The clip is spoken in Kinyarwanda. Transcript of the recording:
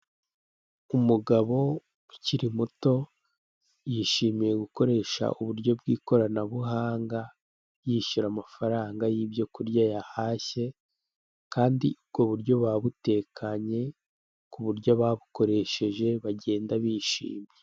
Umugabo ukiri muto yishimiye gukoresha uburyo bw'ikoranabuhanga yishyura amafaranga yibyo kurya yahashye kandi ubwo buryo buba butekanye kuburyo ababukoreshe bagenda bishimye.